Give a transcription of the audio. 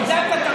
עשה משהו טוב.